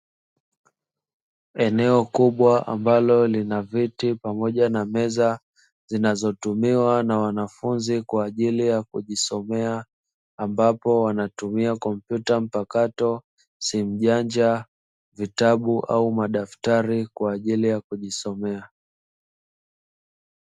Eneo kubwa ambalo lina viti pamoja na meza zinazotumiwa na wanafunzi kwaajili ya kujisomea, ambapo wanatumia kompyuta mpakato simu janja, vitabu au madaftari kwaajili ya kujisomea.